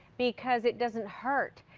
because it doesn't hurt.